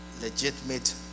legitimate